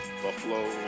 buffalo